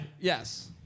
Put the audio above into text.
Yes